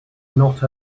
not